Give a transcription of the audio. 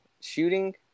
Shooting